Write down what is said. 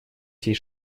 всей